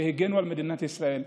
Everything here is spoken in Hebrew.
שהגנו על מדינת ישראל,